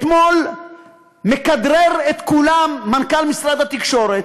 אתמול כדרר מנכ"ל משרד התקשורת